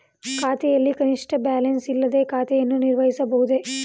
ಖಾತೆಯಲ್ಲಿ ಕನಿಷ್ಠ ಬ್ಯಾಲೆನ್ಸ್ ಇಲ್ಲದೆ ಖಾತೆಯನ್ನು ನಿರ್ವಹಿಸಬಹುದೇ?